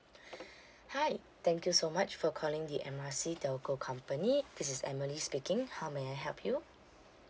hi thank you so much for calling the M R C telco company this is emily speaking how may I help you